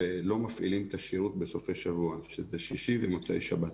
ולא מפעילים את השירות בסופי שבוע שזה שישי ומוצאי שבת.